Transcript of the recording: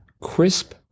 crisp